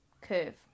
curve